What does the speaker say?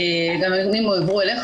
גם הנתונים הועברו אליך,